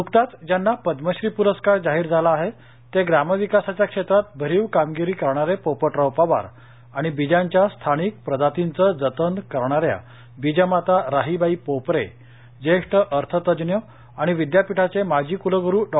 नुकताच ज्यांना पद्मश्री पूरस्कार जाहीर झाला आहे ते ग्रामविकासाच्या क्षेत्रात भरीव कामगिरी करणारे पोपटराव पवार आणि बीजांच्या स्थानिक प्रजातींचं जतन करणाऱ्या बीजमाता राहिबाई पोपरे ज्येष्ठ अर्थतज्ज्ञ आणि विद्यापीठाचे माजी कुलग्रू डॉ